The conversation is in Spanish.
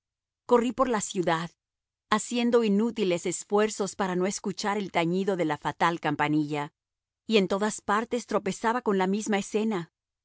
corrí por la ciudad haciendo inútiles esfuerzos para no escuchar el tañido de la fatal campanilla y en todas partes tropezaba con la misma escena